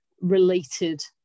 related